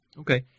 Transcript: Okay